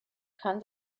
kann